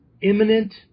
imminent